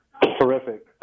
terrific